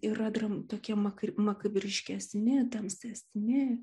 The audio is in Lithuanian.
yra dram tokie mak makabriškesni tamsesni